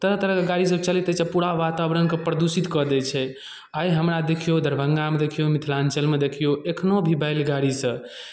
तरह तरहके गाड़ीसभ चलैत अछि आ पूरा वातावरणकेँ प्रदूषित कऽ दै छै आइ हमरा देखियौ दरभंगामे देखियौ मिथिलाञ्चलमे देखियौ एखनो भी बैलगाड़ीसँ